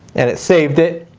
and it saved it.